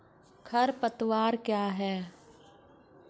खरपतवार क्या है?